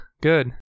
good